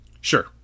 Sure